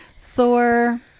Thor